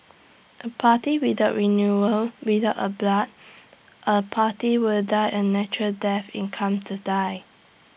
A party without renewal without A blood A party will die A natural death in come to die